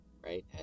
right